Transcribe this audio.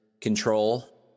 control